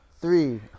three